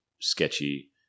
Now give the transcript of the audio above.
sketchy